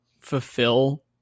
fulfill